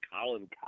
Colin